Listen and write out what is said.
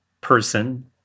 person